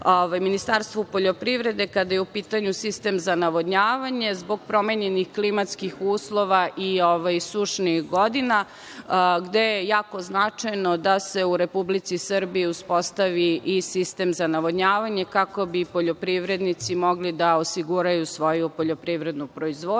Ministarstvu poljoprivrede, kada je u pitanju sistem za navodnjavanje zbog promenjenih klimatskih uslova i sušnih godina. Jako je značajno da se u Republici Srbiji uspostavi i sistem za navodnjavanje kako bi poljoprivrednici mogli da osiguraju svoju poljoprivrednu proizvodnju. Ono